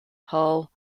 hull